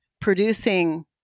producing